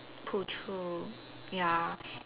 pull through ya